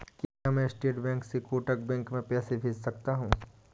क्या मैं State Bank से कोटक बैंक में पैसे भेज सकता हूँ?